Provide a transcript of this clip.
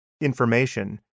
information